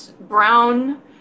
brown